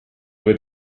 due